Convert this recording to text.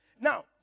Now